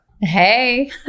Hey